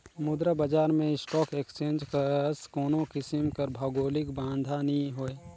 मुद्रा बजार में स्टाक एक्सचेंज कस कोनो किसिम कर भौगौलिक बांधा नी होए